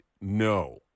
no